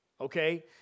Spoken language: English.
okay